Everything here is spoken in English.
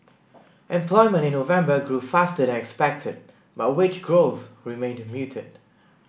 employment in November grew faster than expected but wage growth remained muted